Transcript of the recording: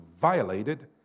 violated